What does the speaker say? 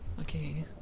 Okay